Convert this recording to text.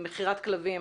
מכירת כלבים?